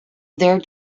their